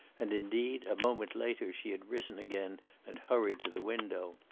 and indeed, a moment later she had risen again and hurried to the window.